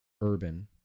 urban